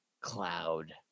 Cloud